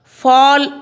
fall